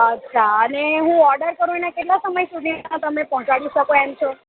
અચ્છા અને હું ઓર્ડર કરું એના કેટલા સમય સુધીમાં તમે પહોંચાડી શકો એમ છો